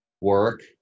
work